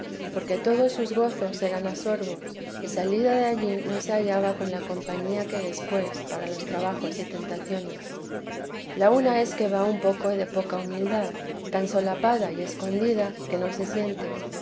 porque todos sus gozos eran a sorbos y salida de allí no se hallaba con la compañía que después para los trabajos y tentaciones la una es que va un poco de poca humildad tan solapada y escondida que no se siente